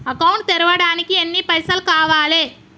Account తెరవడానికి ఎన్ని పైసల్ కావాలే?